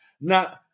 Now